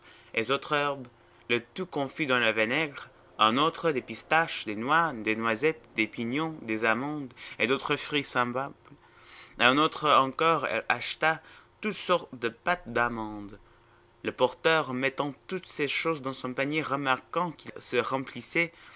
et autres herbes le tout confit dans le vinaigre à une autre des pistaches des noix des noisettes des pignons des amandes et d'autres fruits semblables à une autre encore elle acheta toutes sortes de pâtes d'amande le porteur en mettant toutes ces choses dans son panier remarquant qu'il se remplissait